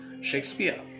Shakespeare